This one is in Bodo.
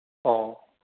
औ